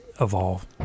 evolve